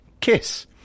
KISS